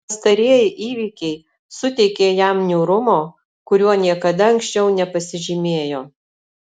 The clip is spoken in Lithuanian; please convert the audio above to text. pastarieji įvykiai suteikė jam niūrumo kuriuo niekada anksčiau nepasižymėjo